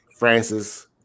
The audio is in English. Francis